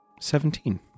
Seventeen